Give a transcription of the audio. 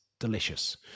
Delicious